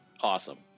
awesome